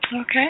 Okay